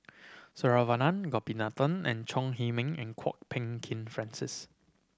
Saravanan Gopinathan and Chong Heman and Kwok Peng Kin Francis